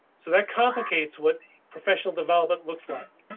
so that complicates what professional development looks like.